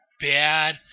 bad